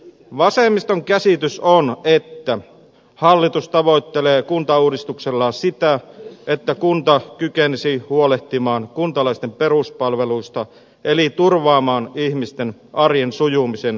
vasemmiston käsitys on että hallitus tavoittelee kuntauudistuksellaan sitä että kunta kykenisi huolehtimaan kuntalaisten peruspalveluista eli turvaamaan ihmisten arjen sujumisen kehdosta hautaan